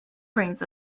brings